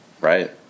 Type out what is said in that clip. Right